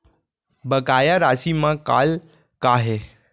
बकाया राशि मा कॉल का हे?